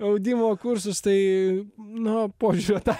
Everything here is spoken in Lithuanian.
audimo kursus tai nuo požiūrio tą